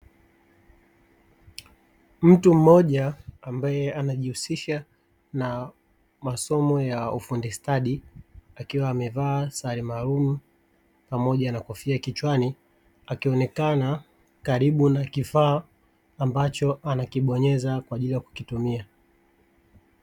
Mtu mmoja ambaye anajihusisha na masomo ya ufundi stadi akiwa amevaa sare maalumu pamoja na kofia kichwani akionekana karibu na kifaa ambacho anakibonyeza kwa ajili ya kukitumia.